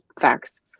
facts